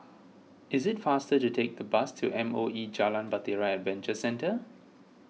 it is faster to take the bus to M O E Jalan Bahtera Adventure Centre